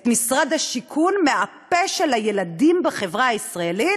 משרד השיכון מהפה של ילדים בחברה הישראלית?